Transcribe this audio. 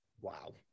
Wow